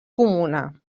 comuna